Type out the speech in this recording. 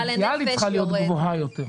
הפוטנציאלית צריכה להיות גבוהה יותר.